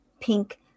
pink